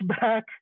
back